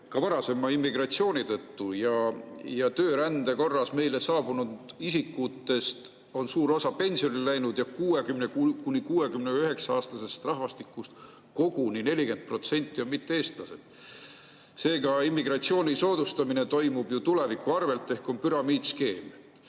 ka varasema immigratsiooni tõttu. Töörände korras meile saabunud isikutest on suur osa pensionile läinud ja 60–69-aastastest inimestest koguni 40% on mitte-eestlased. Seega toimub immigratsiooni soodustamine tuleviku arvel ehk see on püramiidskeem.